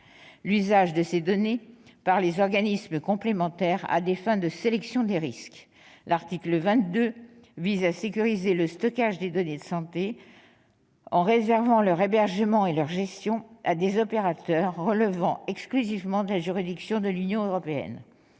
l'usage de ces données par les organismes complémentaires à des fins de sélection des risques. L'article 22 tend à sécuriser le stockage des données en santé en réservant leur hébergement et leur gestion à des opérateurs relevant exclusivement de la juridiction de l'Union européenne.